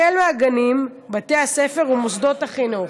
החל מהגנים, בתי ספר ומוסדות החינוך.